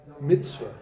mitzvah